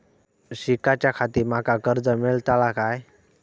शिकाच्याखाती माका कर्ज मेलतळा काय?